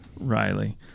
Riley